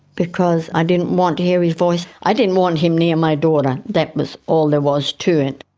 because i didn't want to hear his voice, i didn't want him near my daughter, that was all there was to it.